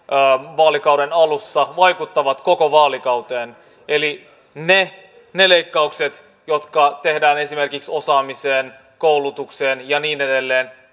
vaalikauden alussa vaikuttavat koko vaalikauteen eli ne ne leikkaukset jotka tehdään esimerkiksi osaamiseen koulutukseen ja niin edelleen